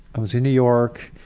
i was in new york,